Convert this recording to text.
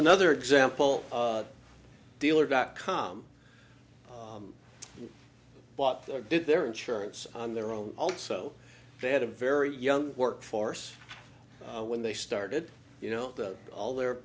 another example dealer dot com bought there did their insurance on their own also they had a very young workforce when they started you know all their